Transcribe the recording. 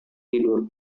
tidur